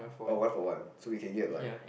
oh one for one so we can get like